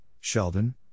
Sheldon